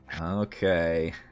okay